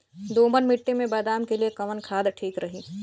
दोमट मिट्टी मे बादाम के लिए कवन खाद ठीक रही?